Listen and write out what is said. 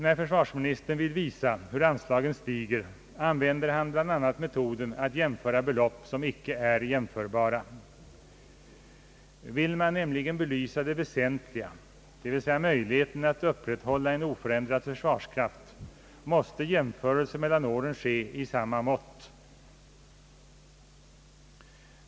När försvarsministern vill visa hur anslagen stiger använder han bl.a. metoden att jämföra belopp som inte är jämförbara. Vill man nämligen belysa det väsentliga, d. v. s. möjligheten att upprätthålla en oförändrad försvarskraft, måste jämförelse mellan åren ske i samma mått.